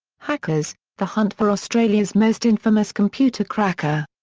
hackers the hunt for australia's most infamous computer cracker.